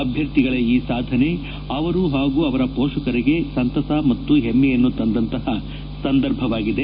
ಅಭ್ಯರ್ಥಿಗಳ ಈ ಸಾಧನೆ ಅವರು ಪಾಗೂ ಅವರ ಮೋಷಕರಿಗೆ ಸಂತಸ ಪಾಗೂ ಪಮ್ಮೆಯನ್ನು ತಂದಂತಹ ಸಂದರ್ಭವಾಗಿದೆ